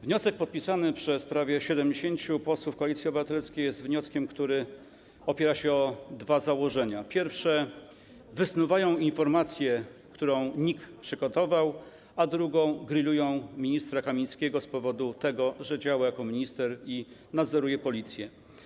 Wniosek podpisany przez prawie 70 posłów Koalicji Obywatelskiej jest wnioskiem, który opiera się na dwóch założeniach: w pierwszym wysnuwają informację, którą NIK przygotował, a w drugim grillują ministra Kamińskiego z tego powodu, że działa jako minister i nadzoruje policję.